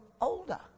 older